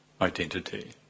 identity